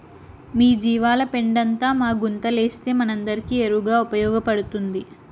మీ జీవాల పెండంతా మా గుంతలేస్తే మనందరికీ ఎరువుగా ఉపయోగపడతాది